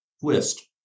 Twist